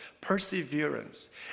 perseverance